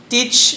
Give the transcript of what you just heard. Teach